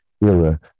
era